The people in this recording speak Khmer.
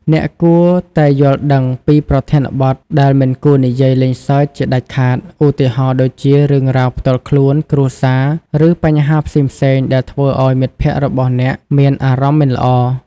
អ្នកគួរតែយល់ដឹងពីប្រធានបទដែលមិនគួរនិយាយលេងសើចជាដាច់ខាត ឧទាហរណ៍ដូចជារឿងរ៉ាវផ្ទាល់ខ្លួន គ្រួសារ ឬបញ្ហាផ្សេងៗដែលធ្វើឲ្យមិត្តភក្តិរបស់អ្នកមានអារម្មណ៍មិនល្អ។